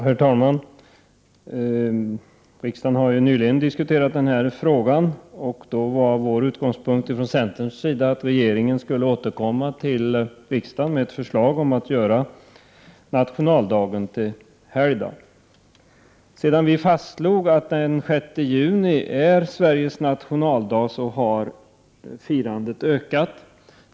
Herr talman! Då riksdagen nyligen diskuterade denna fråga var centerns utgångspunkt att regeringen skulle återkomma till riksdagen med ett förslag om att göra nationaldagen till helgdag. Sedan vi fastställde den 6 juni som Sveriges nationaldag har firandet ökat.